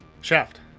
Shaft